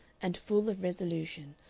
and full of resolution,